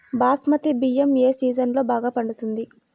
బాస్మతి బియ్యం ఏ సీజన్లో బాగా పండుతుంది?